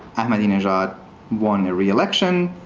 ahmadinejad won a reelection.